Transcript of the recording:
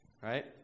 right